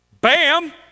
Bam